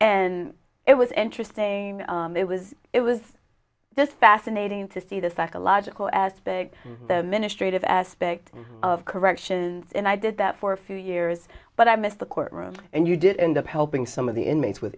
and it was interesting it was it was just fascinating to see the psychological as big the ministry of aspect of corrections and i did that for a few years but i missed the court room and you did end up helping some of the inmates with